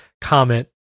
comment